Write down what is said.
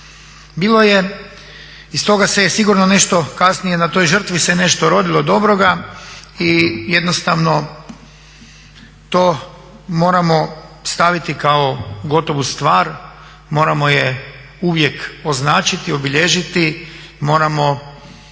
Bilo je, iz toga se je sigurno nešto kasnije, na toj žrtvi se nešto rodilo dobroga i jednostavno to moramo staviti kao gotovu stvar, moramo je uvijek označiti, obilježiti, moramo